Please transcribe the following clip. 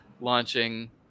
launching